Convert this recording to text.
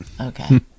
Okay